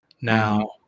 Now